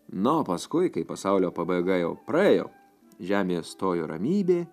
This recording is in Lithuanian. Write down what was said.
na o paskui kai pasaulio pabaiga jau praėjo žemėje stojo ramybė